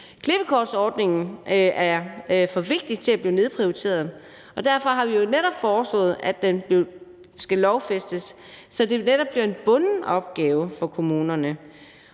Klippekortordningen er for vigtig til at blive nedprioriteret, og derfor har vi jo netop foreslået, at den skal lovfæstes, så det bliver en bunden opgave for kommunerne.